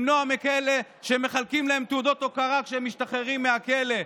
למנוע מכאלה שמחלקים להם תעודות הוקרה כשהם משתחררים מהכלא,